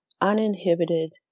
uninhibited